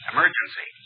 Emergency